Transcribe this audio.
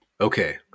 Okay